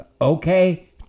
Okay